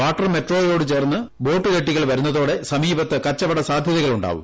water മെട്രോയോടു ചേർന്ന് boat ജെട്ടികൾ വരുന്നതോടെ സമീപത്ത് കച്ചുവട സാധ്യതകളുണ്ടാവും